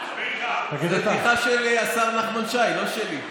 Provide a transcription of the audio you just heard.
זאת בדיחה של השר נחמן שי, לא שלי.